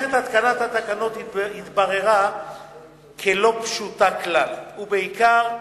מלאכת התקנת התקנות התבררה כלא פשוטה כלל ועיקר,